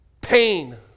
Pain